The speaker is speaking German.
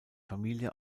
familie